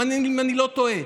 אם אני לא טועה,